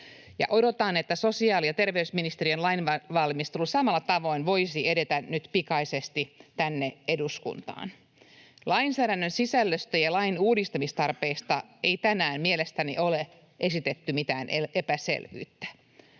Odotan, että sosiaali- ja terveysministeriön lainvalmistelu samalla tavoin voisi edetä nyt pikaisesti tänne eduskuntaan. Lainsäädännön sisällöstä ja lain uudistamistarpeista ei tänään mielestäni ole esitetty mitään epäselvyyttä.